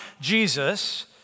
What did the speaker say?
Jesus